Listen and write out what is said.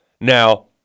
Now